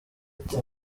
ati